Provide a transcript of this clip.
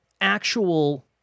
actual